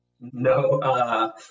No